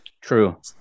True